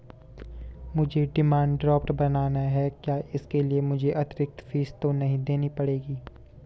मुझे demand draft बनाना है क्या इसके लिए मुझे अतिरिक्त फीस तो नहीं देनी पड़ेगी?